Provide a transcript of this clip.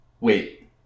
Wait